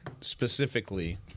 specifically